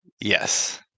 Yes